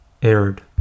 aired